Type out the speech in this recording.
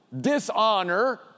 dishonor